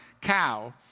cow